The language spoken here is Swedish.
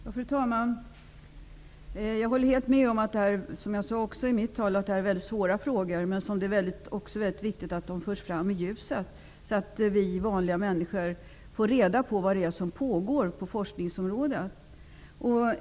Fru talman! Jag håller helt med försvarsministern om att det här är mycket svåra frågor, vilket jag också påpekade i mitt anförande. Men det är också väldigt viktigt att de förs fram i ljuset, så att vi vanliga människor får reda på vad som pågår på forskningsområdet.